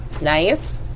Nice